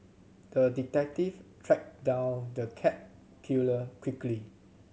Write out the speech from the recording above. the detective tracked down the cat killer quickly